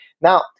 Now